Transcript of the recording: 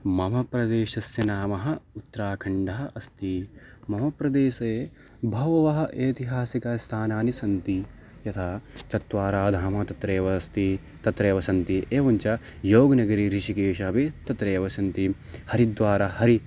मम प्रदेशस्य नामः उत्तराखण्डः अस्ति मम प्रदेशे बहवः ऐतिहासिक स्थानानि सन्ति यथा चत्वारः धामः तत्रेव अस्ति तत्रेव सन्ति एवञ्च योगनगरि ऋषिकेशः अपि तत्रेव सन्ति हरिद्वारम् हरि